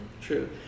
True